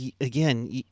Again